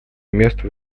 месту